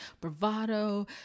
bravado